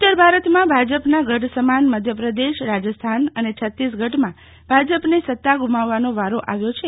ઉત્તર ભારતમા ભાજપના ગઢ સમાન મધ્યપ્રદેશ રાજસ્થાન અને છત્તીસગઢમાં ભાજપને સત્તા ગુમાવવાનો વારો આવ્યો છે